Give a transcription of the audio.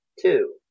two